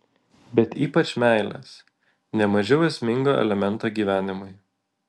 bet ypač meilės ne mažiau esmingo elemento gyvenimui